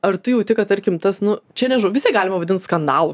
ar tu jauti kad tarkim tas nu čia nežinau vis tiek galima vadint skandalu